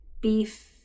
beef